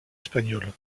espagnole